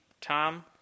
tom